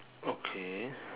okay